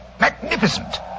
Magnificent